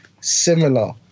Similar